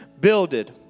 builded